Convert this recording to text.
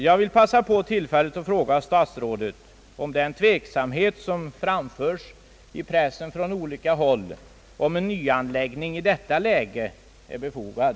Jag vill nu begagna tillfället att fråga statsrådet, om den tveksamhet som i pressen från flera håll främförts mot en nyanläggning i detta läge är befogad.